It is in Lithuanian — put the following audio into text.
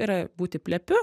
yra būti plepiu